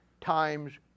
times